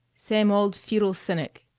same old futile cynic,